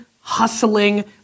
hustling